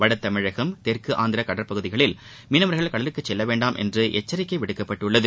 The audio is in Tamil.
வட தமிழகம் தெற்கு ஆந்திரா கடற்பகுதிகளில் மீனவர்கள் கடலுக்கு செல்ல வேண்டாம் என்று எச்சரிக்கை விடுக்கப்பட்டுள்ளது